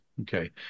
okay